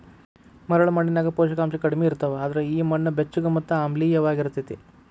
ಮರಳ ಮಣ್ಣಿನ್ಯಾಗ ಪೋಷಕಾಂಶ ಕಡಿಮಿ ಇರ್ತಾವ, ಅದ್ರ ಈ ಮಣ್ಣ ಬೆಚ್ಚಗ ಮತ್ತ ಆಮ್ಲಿಯವಾಗಿರತೇತಿ